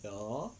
ya